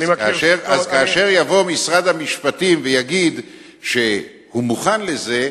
אז כאשר יבוא משרד המשפטים ויגיד שהוא מוכן לזה,